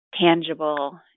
tangible